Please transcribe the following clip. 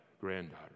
granddaughter